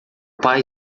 pai